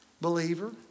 believer